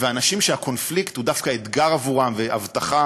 ואנשים שהקונפליקט הוא דווקא אתגר עבורם והבטחה